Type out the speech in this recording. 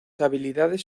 habilidades